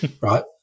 right